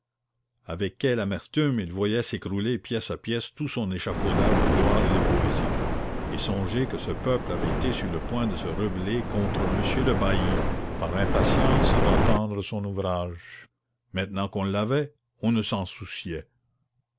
avec quelle amertume il voyait s'écrouler pièce à pièce tout son échafaudage de gloire et de poésie et songer que ce peuple avait été sur le point de se rebeller contre monsieur le bailli par impatience d'entendre son ouvrage maintenant qu'on l'avait on ne s'en souciait